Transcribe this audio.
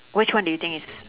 which one do you think is